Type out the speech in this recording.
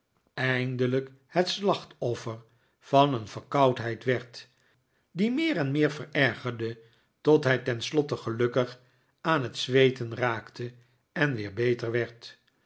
eindelijk het slachtoffer van een verkoudheid werd die meer en meer verergerde tot hij ten slotte gelukkig aan het zweeten raakte en weer beter werd